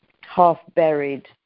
half-buried